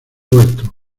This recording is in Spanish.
vuelto